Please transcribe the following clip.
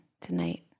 tonight